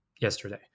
yesterday